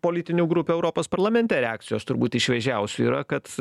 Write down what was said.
politinių grupių europos parlamente reakcijos turbūt iš šviežiausių yra kad